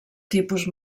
tipus